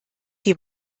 die